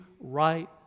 right